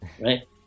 right